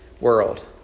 world